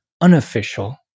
unofficial